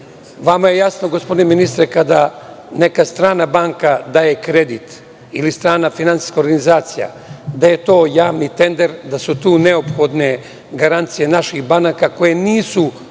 je jasno, gospodine ministre, kada neka strana banka daje kredit, ili strana finansijska organizacija, da je to javni tender, da su tu neophodne garancije naših banaka koje nisu